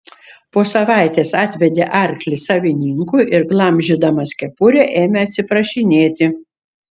po savaitės atvedė arklį savininkui ir glamžydamas kepurę ėmė atsiprašinėti